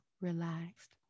relaxed